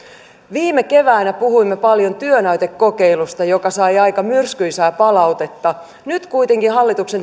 viime keväänä puhuimme paljon työnäytekokeilusta joka sai aika myrskyisää palautetta nyt kuitenkin hallituksen